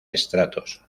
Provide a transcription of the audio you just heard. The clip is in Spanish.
estratos